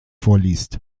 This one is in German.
vorliest